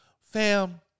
fam